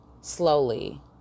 slowly